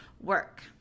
work